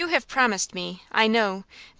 you have promised me, i know,